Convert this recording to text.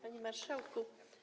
Panie Marszałku!